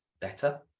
better